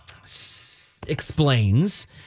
explains